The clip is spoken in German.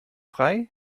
frei